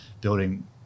building